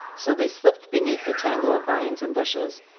so they slipped beneath the tangle of vines and bushes,